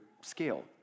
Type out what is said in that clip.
scale